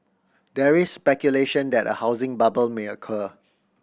there is speculation that a housing bubble may occur